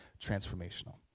transformational